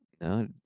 No